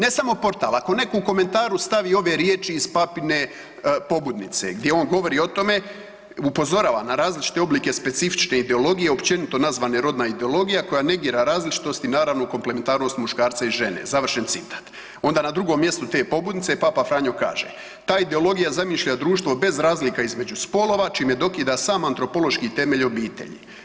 Ne samo portal, ako neko u komentaru stavi ove riječi iz papine pobudnice gdje on govori o tome, „upozorava na različite oblike specifične ideologije općenito nazvane rodna ideologija koja negira različitosti, naravno u komplementarnost muškarca i žene.“ Onda na drugom mjestu te pobudnice, papa Franjo kaže: „Ta ideologija zamišlja društvo bez razlika između spolova čime dokida sam antropološki temelj obitelji.